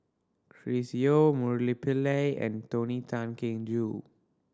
Chris Yeo Murali Pillai and Tony Tan Keng Joo